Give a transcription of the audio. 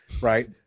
right